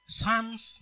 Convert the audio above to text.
Psalms